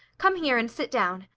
come here and sit down.